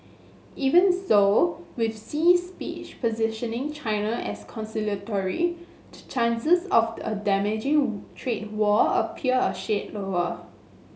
even so with Xi's speech positioning China as conciliatory the chances of a damaging trade war appear a shade lower